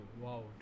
wow